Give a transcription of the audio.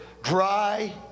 dry